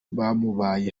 bamubaye